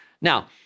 Now